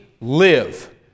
live